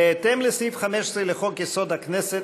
בהתאם לסעיף 15 לחוק-יסוד: הכנסת,